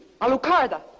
Alucarda